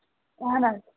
اَہن حظ